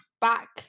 back